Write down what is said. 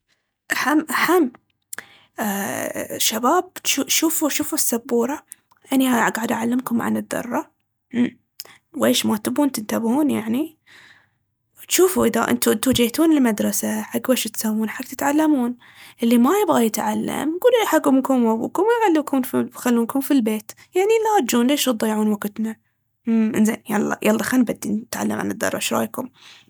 إحم إحم. أأ- شباب جو- شو- شوفوا- شوفوا السبورة. أني قاعدة أعلمكم عن الذرّة. مم ويش، ما تبون تنتبهون يعني؟ جوفوا إذا إنتو- إنتوا جيتون للمدرسة حق ويش تسوون؟ حق تتعلمون. إللي ما يبغى يتعلم، قولوا حق أمكم وأبوكم ويخلوكم في- يخلوكم في البيت. يعني لا تجون، ليش تضيعون وقتنا؟ أمم زين يالله يالله خل نبدي نتعلم عن الذرّة، شرايكم؟